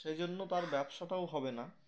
সেই জন্য তার ব্যবসাটাও হবে না